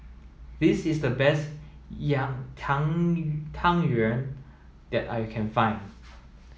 this is the best Tang Yuen that I can find